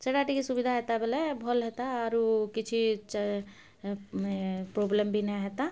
ସେଟା ଟିକେ ସୁବିଧା ହେତା ବେଲେ ଭଲ୍ ହେତା ଆରୁ କିଛି ପ୍ରୋବ୍ଲେମ୍ ବି ନାଇଁ ହେତା